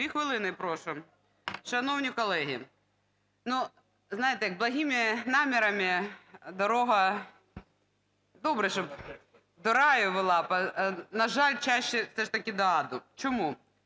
Дві хвилини прошу. Шановні колеги! Знаєте, благими намірами дорога, добре, щоб до раю вела, на жаль, чаще все ж таки до аду. Чому?